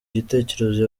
gitekerezo